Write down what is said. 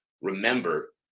remember